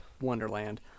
Wonderland